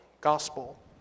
Gospel